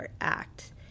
act –